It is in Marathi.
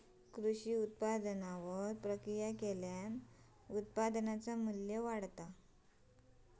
कृषी उत्पादनावर प्रक्रिया केल्याने उत्पादनाचे मू्ल्य वाढते